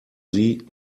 sie